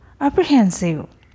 Apprehensive